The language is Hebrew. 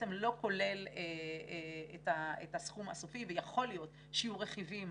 לא כולל את הסכום הסופי ויכול להיות שיהיו רכיבים